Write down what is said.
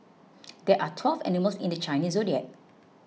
there are twelve animals in the Chinese zodiac